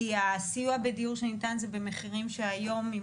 כי הסיוע בדיור שניתן זה במחירים שהיום עם